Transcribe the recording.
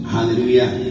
Hallelujah